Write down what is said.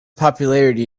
popularity